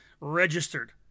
registered